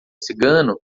cigano